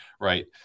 Right